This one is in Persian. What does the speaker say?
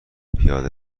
پیاده